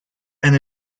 and